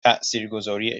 تاثیرگذاری